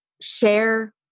share